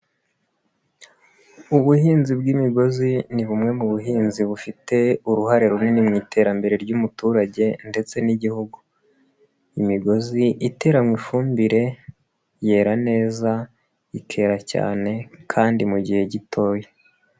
Ubuhinzi bw'imigozi ni bumwe mu buhinzi bufite uruhare runini mu iterambere ry'umuturage ndetse n'igihugu, imigozi iteranywe ifumbire yera neza ikera cyane kandi mu gihe gitoya.